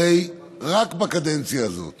הרי רק בקדנציה הזאת